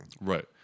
Right